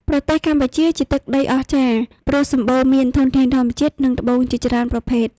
ប្រទេសកម្ពុជាជាទឹកដីអស្ចារ្យព្រោះសម្បូរមានធនធានធម្មជាតិ និងត្បូងជាច្រើនប្រភេទ។